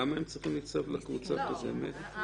למה הם צריכים להצטרף לקבוצה הקודמת?